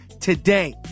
today